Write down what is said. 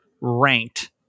ranked